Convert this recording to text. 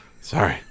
Sorry